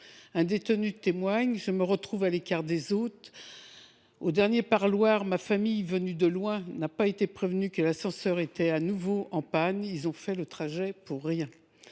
Un détenu témoigne :« Je me retrouve à l’écart des autres. Au dernier parloir, ma famille venue de loin n’a pas été prévenue que l’ascenseur était de nouveau en panne. Ils ont fait le trajet pour rien. »